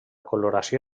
coloració